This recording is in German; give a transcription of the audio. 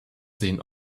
sehen